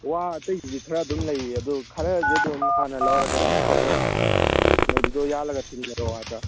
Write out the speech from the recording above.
ꯋꯥ ꯑꯇꯩꯁꯤꯗꯤ ꯈꯔ ꯑꯗꯨꯝ ꯂꯩꯔꯤ ꯑꯗꯨ ꯈꯔꯁꯦ ꯑꯗꯨꯝ ꯍꯥꯟꯅ ꯂꯧꯔꯒꯦꯔꯥ ꯅꯠꯇ꯭ꯔꯒ ꯁꯅꯩꯕꯤꯗꯣ ꯌꯥꯜꯂꯒ ꯊꯤꯟꯖꯔꯛꯑꯣ ꯍꯥꯏꯕ꯭ꯔꯥ